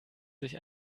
sich